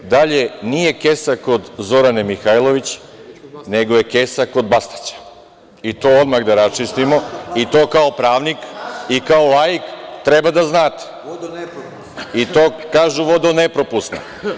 Dalje, nije kesa kod Zorane Mihajlović, nego je kesa kod Bastaća i to odmah da raščistimo i to kao pravnik i kao laik treba da znate, i to kažu vodonepropusna.